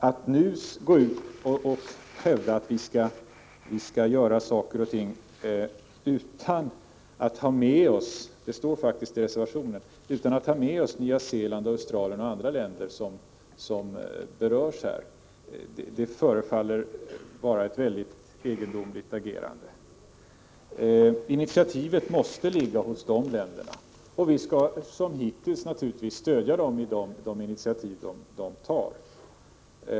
Att nu hävda att vi skall ta initiativ vid sidan om de länder som är berörda — som faktiskt antyds i reservationen — som t.ex. Nya Zeeland och Australien, förefaller vara ett mycket egendomligt agerande. Initiativet måste ligga hos de länderna, men vi skall naturligtvis som hittills stödja dem i de initiativ som de tar.